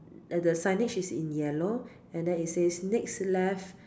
the signage is in yellow and then it says next left